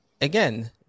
again